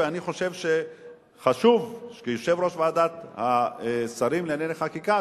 ואני חושב שחשוב שיושב-ראש ועדת השרים לענייני חקיקה,